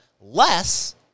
less